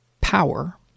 power